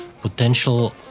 potential